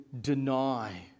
deny